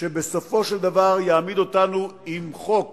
שבסופו של דבר יעמיד אותנו עם חוק